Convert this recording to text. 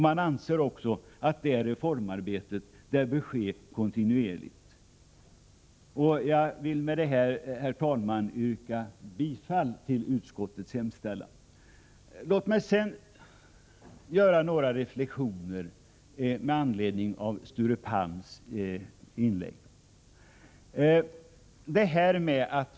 Man anser också att det reformarbetet bör ske kontinuerligt. Jag vill med detta, herr talman, yrka bifall till utskottets hemställan. Låt mig sedan göra några reflexioner med anledning av Sture Palms inlägg.